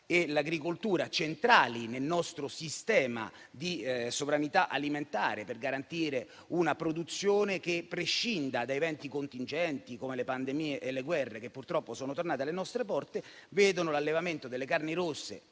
e l'agricoltura centrali nel nostro sistema di sovranità alimentare, per garantire una produzione che prescinda da eventi contingenti, come le pandemie e le guerre, che purtroppo sono tornate alle nostre porte, vedono nell'allevamento delle carni rosse